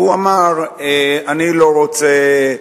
והוא אמר: אני לא רוצה,